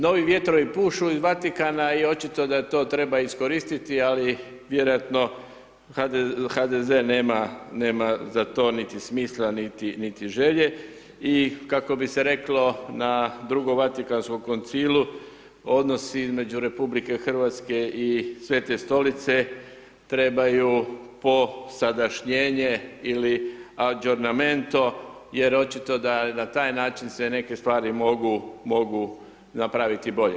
Novi vjetrovi pušu iz Vatikana i očito da to treba iskoristiti, ali vjerojatno HDZ nema za to niti smisla, niti želje i kako bi se reklo na drugom Vatikanskom koncilu odnos između RH i Svete Stolice trebaju posadašnjenje ili ađornamento jer očito da na taj način se neke stvari mogu napraviti bolje.